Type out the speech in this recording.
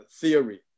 theory